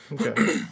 Okay